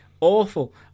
awful